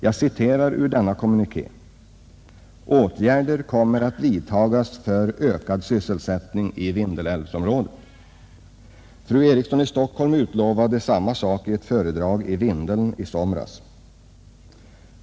Jag citerar ur denna kommuniké: ”Åtgärder kommer att vidtagas för ökad sysselsättning i Vindelälvsområdet.” Fru Eriksson i Stockholm utlovade samma sak i ett föredrag i Vindeln i somras.